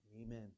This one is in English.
Amen